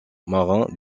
marins